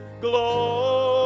Glory